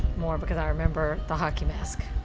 more because i remember the hockey mask.